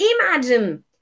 imagine